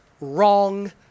wrong